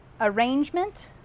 arrangement